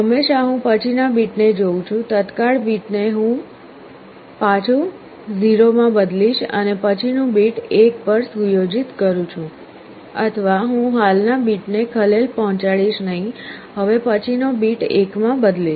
હંમેશા હું પછી ના બીટ ને જોઉં છું તત્કાળ બીટ ને હું પાછું 0 માં બદલીશ અને પછી નું બીટ 1 પર સુયોજિત કરું છું અથવા હું હાલના બીટને ખલેલ પહોંચાડીશ નહીં હવે પછી નો બીટ 1 માં બદલીશ